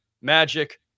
Magic